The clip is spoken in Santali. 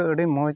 ᱟᱹᱰᱤ ᱢᱚᱡᱽ